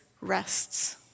rests